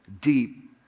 deep